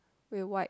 with white